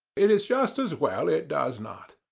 it is just as well it does not.